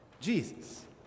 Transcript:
Jesus